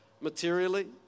materially